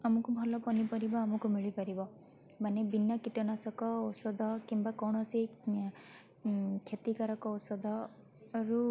ଆମକୁ ଭଲ ପନିପରିବା ଆମକୁ ମିଳିପାରିବ ମାନେ ବିନା କୀଟନାଶକ ଔଷଧ କିମ୍ବା କୌଣସି କ୍ଷତିକାରକ ଔଷଧରୁ